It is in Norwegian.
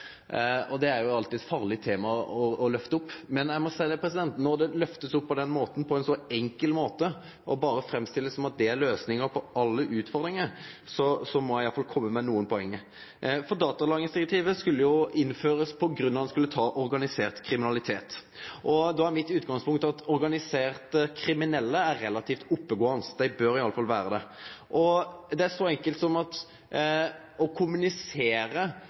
Det er jo alltid eit farleg tema å lyfte opp, men eg må seie at når det blir lyfta opp på ein så enkel måte og berre blir framstilt som om det er løysinga på alle utfordringar, må eg få kome med nokre poeng. Datalagringsdirektivet skulle jo innførast på grunn av at ein skulle ta organisert kriminalitet. Då var utgangspunktet mitt at organiserte kriminelle er relativt oppegåande – dei bør i alle fall vere det. Det gjeld noko så enkelt som å kommunisere